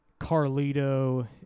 Carlito